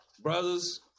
brothers